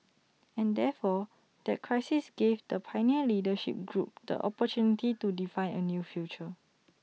and therefore that crisis gave the pioneer leadership group the opportunity to define A new future